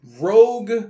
rogue